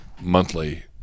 monthly